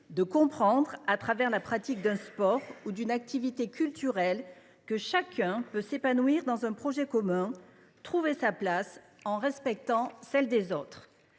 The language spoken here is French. de comprendre, au travers de la pratique d’un sport ou d’une activité culturelle, que chacun peut s’épanouir dans un projet commun, trouver sa place en respectant celle des autres.